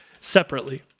separately